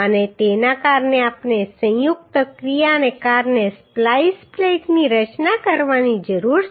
અને તેના કારણે આપણે સંયુક્ત ક્રિયાને કારણે સ્પ્લાઈસ પ્લેટની રચના કરવાની જરૂર છે